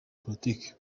politiki